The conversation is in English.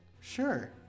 Sure